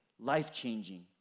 life-changing